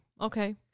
Okay